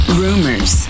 rumors